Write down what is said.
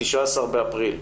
ה-19 באוקטובר,